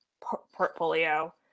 portfolio